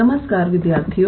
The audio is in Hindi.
नमस्कार विद्यार्थियों